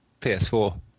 PS4